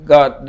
God